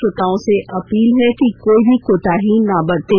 श्रोताओं से अपील है कि कोई भी कोताही ना बरतें